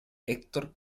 hector